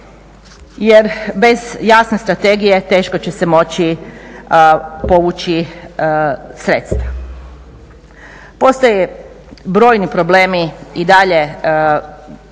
jer bez jasne strategije teško će se moći povući sredstva. Postoje brojni problemi i dalje